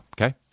Okay